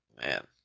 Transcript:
Man